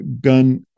gun